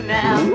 now